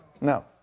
No